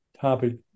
topic